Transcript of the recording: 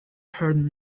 heard